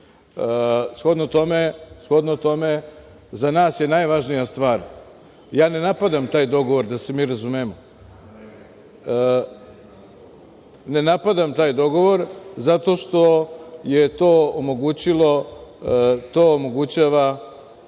Shodno tome, za nas je najvažnija stvar, ja ne napadam taj dogovor, da se mi razumemo, ne napadam taj dogovor zato što to omogućava